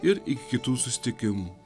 ir iki kitų susitikimų